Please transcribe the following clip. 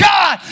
God